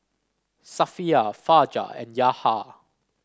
Safiya Fajar and Yahya